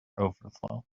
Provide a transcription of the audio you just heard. overflow